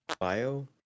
bio